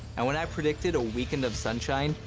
and when i predicted a weekend of sunshine,